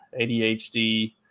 ADHD